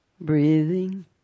Breathing